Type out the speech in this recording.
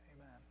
Amen